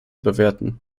bewerten